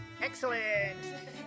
Excellent